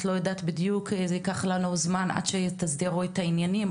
את לא יודעת בדיוק מתי וזה יקח לנו זמן עד שאתם תסדירו את העניינים,